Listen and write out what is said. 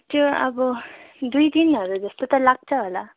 त्यो अब दुई दिनहरू जस्तो त लाग्छ होला